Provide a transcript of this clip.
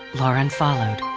lauren followed.